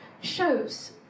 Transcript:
shows